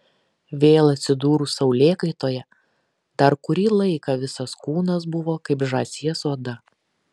vėl atsidūrus saulėkaitoje dar kurį laiką visas kūnas buvo kaip žąsies oda